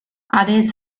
others